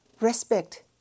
respect